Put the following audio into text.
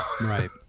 Right